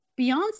Beyonce